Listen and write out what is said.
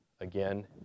again